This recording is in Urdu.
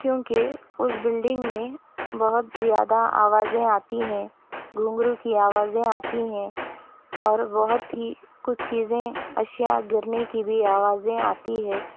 کیونکہ اُس بلڈنگ میں بہت زیادہ آوازیں آتی ہیں گنگھرو کی آوازیں آتی ہیں اور بہت ہی کچھ چیزیں اشیاء گرنے کی بھی آوازیں آتی ہے